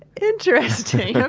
interesting. okay,